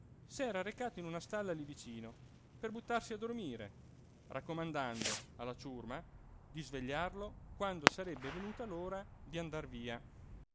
guardare s'era recato in una stalla lí vicino per buttarsi a dormire raccomandando alla ciurma di svegliarlo quando sarebbe venuta l'ora d'andar via